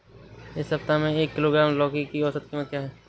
इस सप्ताह में एक किलोग्राम लौकी की औसत कीमत क्या है?